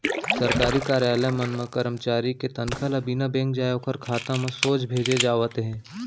सरकारी कारयालय मन म करमचारी के तनखा ल बिना बेंक जाए ओखर खाता म सोझ भेजे जावत हे